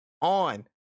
on